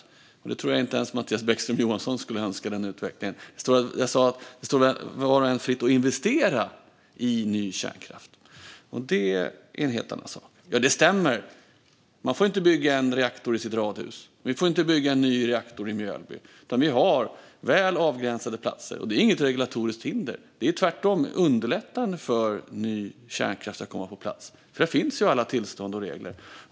En sådan utveckling tror jag inte ens att Mattias Bäckström Johansson skulle önska. Jag sa att det står var och en fritt att investera i ny kärnkraft. Det är en helt annan sak. Det stämmer att man inte får bygga en ny reaktor i sitt radhus eller i Mjölby, utan vi har väl avgränsade platser. Men det är inget regulatoriskt hinder, utan tvärtom underlättar det för ny kärnkraft att komma på plats, för där finns alla tillstånd, och reglerna tillämpas.